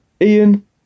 Ian